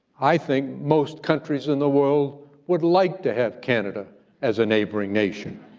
i think most countries in the world would like to have canada as a neighboring nation,